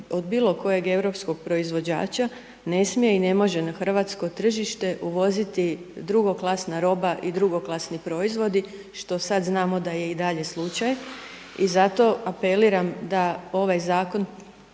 od bilo kojeg europskog proizvođača ne smije i ne može na hrvatsko tržište uvoziti drugoklasna roba i drugoklasni proizvodi, što znamo da je i dalje slučaj i zato apeliram da ovaj Zakon